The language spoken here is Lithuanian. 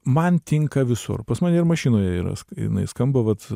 man tinka visur pas mane ir mašinoje yra jinai skamba vat